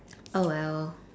oh well